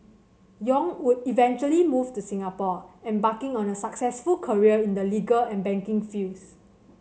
Yong would eventually move to Singapore embarking on a successful career in the legal and banking fields